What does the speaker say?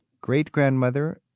great-grandmother